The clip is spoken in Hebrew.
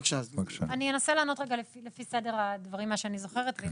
אנסה לענות לפי סדר הדברים כפי שאני זוכרת.